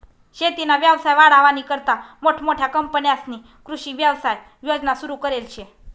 शेतीना व्यवसाय वाढावानीकरता मोठमोठ्या कंपन्यांस्नी कृषी व्यवसाय योजना सुरु करेल शे